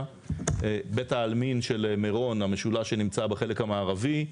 בית העלמין של מירון המשולש שנמצא בחלק המערבי.